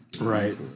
right